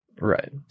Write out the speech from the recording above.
Right